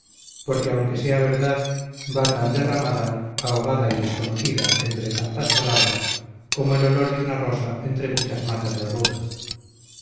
porque aunque sea verdad va tan derramada ahogada y desconocida entre tantas palabras como el olor de una rosa entre muchas matas de ruda